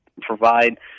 provide